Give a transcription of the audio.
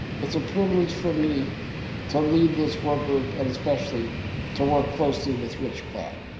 it's a privilege for me to lead this workgroup and especially to work closely with rich platt,